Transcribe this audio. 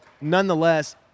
nonetheless